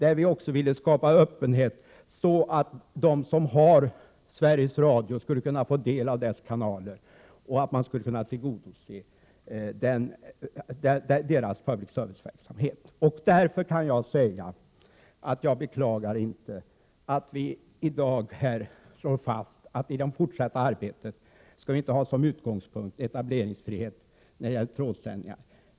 Vi ville också skapa öppenhet, så att de som har Sveriges Radio skulle kunna få del av dess kanaler och så att vi skulle kunna tillgodose deras public service-verksamhet. Därför kan jag säga att jag inte beklagar att vi i dag här slår fast att vi inte som utgångspunkt skall ha etableringsfrihet för trådsändningar.